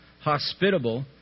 hospitable